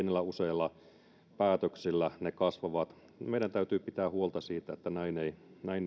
useilla pienillä päätöksillä ne kasvavat meidän täytyy pitää huolta siitä että näin ei